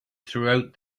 throughout